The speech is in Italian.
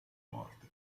morte